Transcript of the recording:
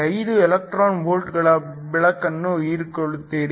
5 electron ವೋಲ್ಟ್ಗಳ ಬೆಳಕನ್ನು ಹೊಳೆಯುತ್ತೀರಿ